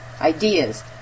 ideas